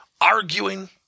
arguing